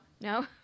no